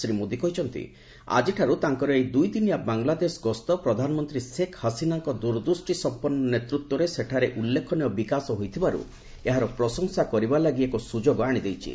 ଶ୍ରୀ ମୋଦୀ କହିଛନ୍ତି ଆଜିଠାରୁ ତାଙ୍କର ଏହି ଦୁଇଦିନିଆ ବାଂଲାଦେଶ ଗସ୍ତ ପ୍ରଧାନମନ୍ତ୍ରୀ ଶେଖ ହସିନାଙ୍କ ଦୂରଦୃଷ୍ଟି ସମ୍ପନ୍ନ ନେତୃତ୍ୱରେ ସେଠାରେ ଉଲ୍ଲେଖନୀୟ ବିକାଶ ହୋଇଥିବାରୁ ଏହାର ପ୍ରଶଂସା କରିବା ଲାଗି ଏକ ସୁଯୋଗ ଆଶିଦେଇଛି